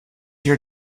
your